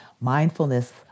Mindfulness